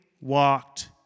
walked